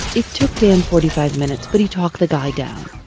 it took dan forty five minutes, but he talked the guy down.